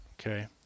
Okay